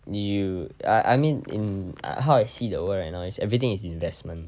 you I I mean in how I see the world right now it's everything is investment